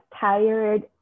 tired